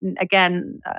Again